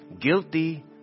guilty